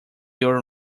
your